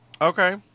okay